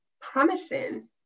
promising